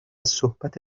صحبت